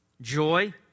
Joy